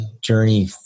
journey